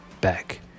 back